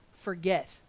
forget